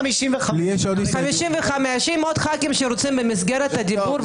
יש 55. 55. אם עוד ח"כים רוצים במסגרת הדיבור,